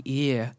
ear